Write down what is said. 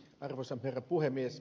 arvoisa herra puhemies